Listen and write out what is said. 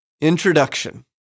Introduction